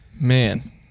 Man